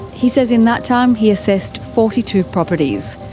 he says in that time, he assessed forty two properties.